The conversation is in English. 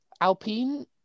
Alpine